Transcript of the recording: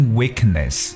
weakness